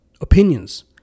opinions